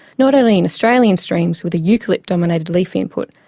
not only in australian streams with the eucalypt-dominated leaf input,